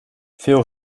veel